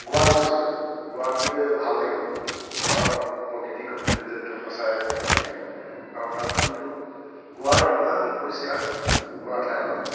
গোৱাত গৈছিলোঁ গোৱাত গৈ ভাল লাগিল গোৱাৰ প্ৰাকৃতিক সৌন্দৰ্যটো সঁচাই ক'বলগীয়া আৰু তাত কিন্তু গোৱাৰ ইমান পৰিস্কাৰ গোৱা ঠাইখন